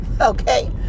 Okay